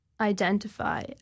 identify